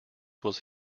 was